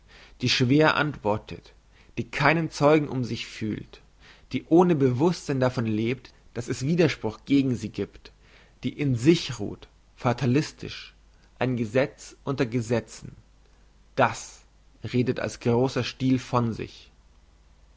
die schwer antwortet die keinen zeugen um sich fühlt die ohne bewusstsein davon lebt dass es widerspruch gegen sie giebt die in sich ruht fatalistisch ein gesetz unter gesetzen das redet als grosser stil von sich